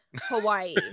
Hawaii